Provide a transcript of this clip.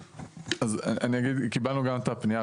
אז אני אגיד, קיבלנו גם את הפנייה.